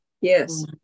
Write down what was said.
yes